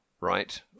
right